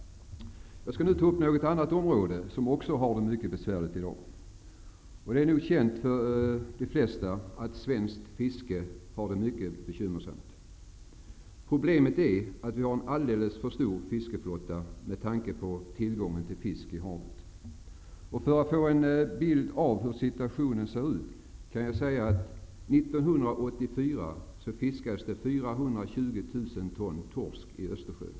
Jag skall nu ta upp ett annat område, som också har det mycket besvärligt i dag. Det är nog känt för de flesta att svenskt fiske har det mycket bekymmersamt. Problemet är att vi har en alldeles för stor fiskeflotta med tanke på tillgången på fisk i havet. För att få en bild av hur situationen ser ut kan jag nämna att 1984 fiskades det 420 000 ton torsk i Östersjön.